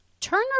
Turner